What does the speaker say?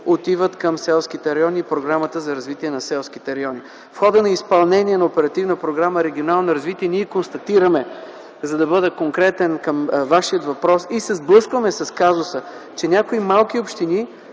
отиват към селските райони и Програмата за развитие на селските райони. В хода на изпълнение на Оперативна програма „Регионално развитие” ние констатираме, за да бъда конкретен към Вашия въпрос, и се сблъскваме с казуса, че някои малки общини